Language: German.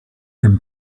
dem